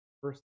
first